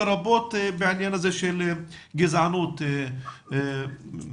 לרבות בעניין הזה של גזענות ברשת.